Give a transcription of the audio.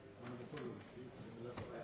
אין מתנגדים.